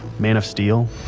man of steel